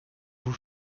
vous